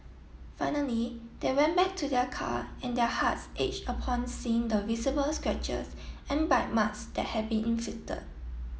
finally they went back to their car and their hearts aged upon seeing the visible scratches and bite marks that had been inflicted